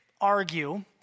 argue